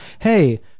Hey